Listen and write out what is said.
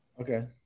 okay